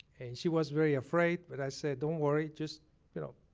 she was very afraid, but i said, don't worry, just you know,